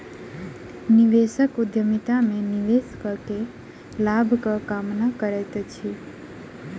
निवेशक उद्यमिता में निवेश कअ के लाभक कामना करैत अछि